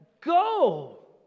go